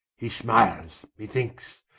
he smiles, me thinkes,